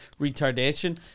retardation